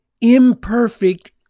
imperfect